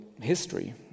history